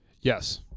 Yes